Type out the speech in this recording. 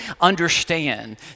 understand